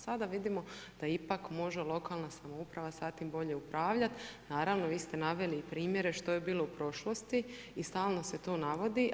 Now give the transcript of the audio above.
Sada vidimo da ipak može lokalna samouprava s tim bolje upravljat, naravno vi ste naveli i primjere što je bilo u prošlosti i stalno se to navodi.